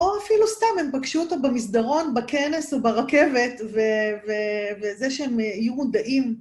‫או אפילו סתם הם פגשו אותה במסדרון, ‫בכנס או ברכבת, ‫וזה שהם יהיו מודעים.